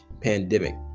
pandemic